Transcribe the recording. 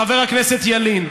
חבר הכנסת ילין,